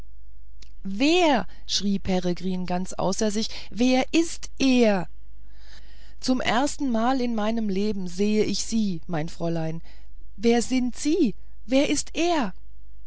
wer schrie peregrin ganz außer sich wer ist der er zum erstenmal in meinem leben sehe ich sie mein fräulein wer sind sie wer ist der er